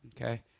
okay